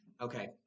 Okay